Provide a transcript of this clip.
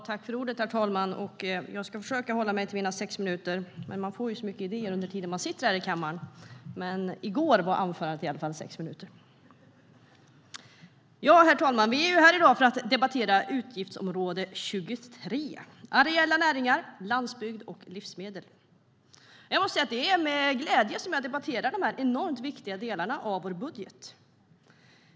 Herr talman! Jag ska försöka hålla mig till min talartid på sex minuter, men man får ju så mycket idéer när man sitter här i kammaren. I går var anförandet i alla fall sex minuter långt. Vi är här i dag för att debattera utgiftsområde 23 Areella näringar, landsbygd och livsmedel. Jag måste säga att det är med glädje jag debatterar dessa enormt viktiga delar av vår budget.